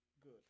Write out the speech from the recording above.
Good